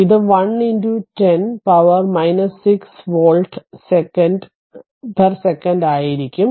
ഇത് 1 10 പവർ 6 വോൾട്ടിസെക്കൻഡിൽ ആയിരിക്കും